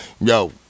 yo